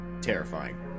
terrifying